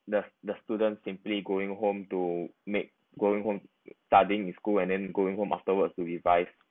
the the student simply going home to make going home studying in school and then going home afterwards to revise